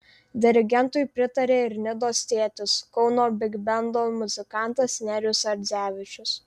dirigentui pritarė ir nidos tėtis kauno bigbendo muzikantas nerijus ardzevičius